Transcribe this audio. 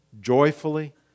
Joyfully